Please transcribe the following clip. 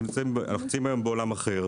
אנחנו נמצאים היום בעולם אחר.